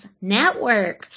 Network